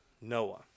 Noah